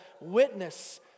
witness